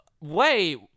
Wait